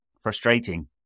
Frustrating